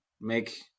make